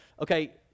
okay